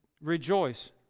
rejoice